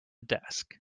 desk